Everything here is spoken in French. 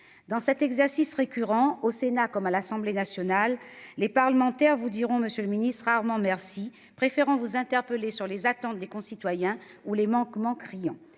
Dans cet exercice récurrent, au Sénat comme à l'Assemblée nationale, les parlementaires vous diront rarement merci, monsieur le ministre ; ils préféreront vous interpeller sur les attentes de nos concitoyens ou sur les manquements criants